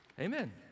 Amen